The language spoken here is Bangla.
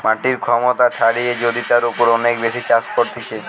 মাটির ক্ষমতা ছাড়িয়ে যদি তার উপর অনেক বেশি চাষ করতিছে